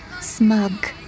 smug